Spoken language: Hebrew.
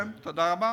כן, תודה רבה.